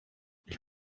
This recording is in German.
ich